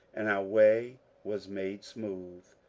and our way was made smooth.